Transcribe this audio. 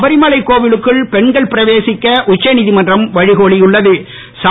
சபரிமலை கோவிலுக்குள் பெண்கள் பிரவேசிக்க உச்ச நீதிமன்றம் வழி கோலியுள்ள து